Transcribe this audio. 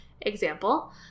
Example